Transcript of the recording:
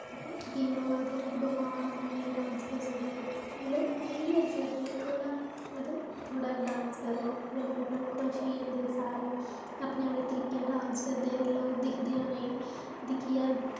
केई लोग आखदे आहें बमार आ आहें नेईं डांस करी सकदे मतलब नेईं करी सकदे थोह्ड़ा मतलब थोह्ड़ा डांस करो फिर मतलब खुश होई जन्दे सारे अपने अपने तरीके दा डांस करदे लोग दिक्खदे उनें दिक्खिये